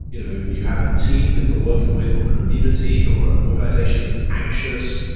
you know you have a team that you're working with or community or an organization that's anxious,